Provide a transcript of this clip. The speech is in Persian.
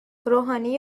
روحانی